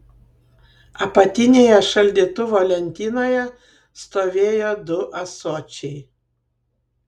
apatinėje šaldytuvo lentynoje stovėjo du ąsočiai